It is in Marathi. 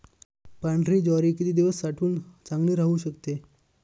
पांढरी ज्वारी किती दिवस साठवून चांगली राहू शकते?